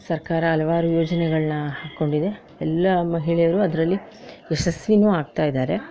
ಸರ್ಕಾರ ಹಲ್ವಾರು ಯೋಜನೆಗಳನ್ನ ಹಾಕಿಕೊಂಡಿದೆ ಎಲ್ಲ ಮಹಿಳೆಯರು ಅದರಲ್ಲಿ ಯಶಸ್ವಿನೂ ಆಗ್ತಾ ಇದ್ದಾರೆ